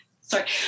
Sorry